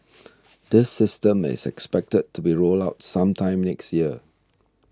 this system is expected to be rolled out sometime next year